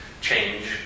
change